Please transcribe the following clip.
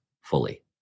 fully